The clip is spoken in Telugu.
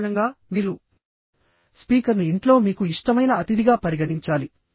సాధారణంగా మీరు స్పీకర్ను ఇంట్లో మీకు ఇష్టమైన అతిథిగా పరిగణించాలి